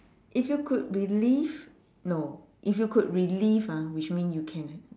if you could believe no if you could relive ah which mean you can